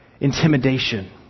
intimidation